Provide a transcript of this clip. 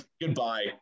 goodbye